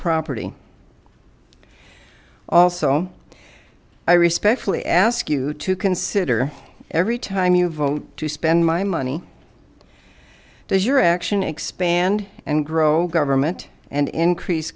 property also i respectfully ask you to consider every time you vote to spend my money does your action expand and grow government and increase